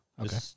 Okay